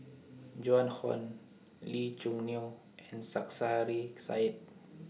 Joan Hon Lee Choo Neo and Sarkasi Said